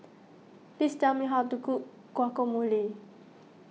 please tell me how to cook Guacamole